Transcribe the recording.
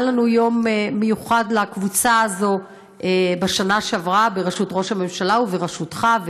היה לנו יום מיוחד לקבוצה הזאת בשנה שעברה בראשות ראש הממשלה ובראשותך,